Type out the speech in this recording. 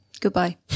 Goodbye